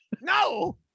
No